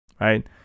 right